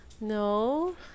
no